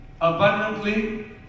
abundantly